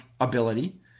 ability